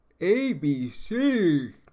ABC